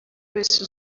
wese